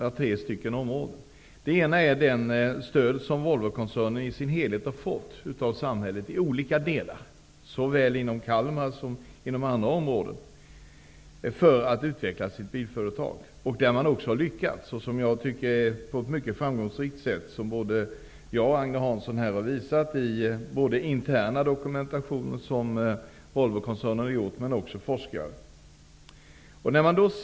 Det första området gäller det stöd som Volvokoncernen som helhet har fått från samhället avseende olika delar -- det gäller såväl Kalmar som andra områden -- för att kunna utveckla sitt bilföretag. Där har man också lyckats, tycker jag, på ett mycket framgångsrikt sätt. Det har både jag och Agne Hansson visat på. Det gäller då intern dokumentation som Volvokoncernen tagit fram och dokumentation från forskare.